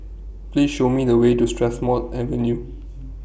Please Show Me The Way to Strathmore Avenue